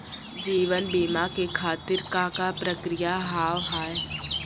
जीवन बीमा के खातिर का का प्रक्रिया हाव हाय?